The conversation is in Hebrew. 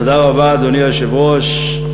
תודה רבה, אדוני היושב-ראש.